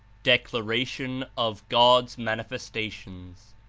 declaration of god's manifestations